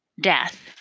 death